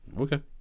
Okay